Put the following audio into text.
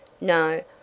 No